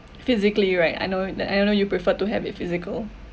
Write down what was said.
physically right I know I know you prefer to have it physical